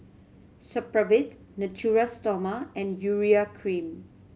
Supravit Natura Stoma and Urea Cream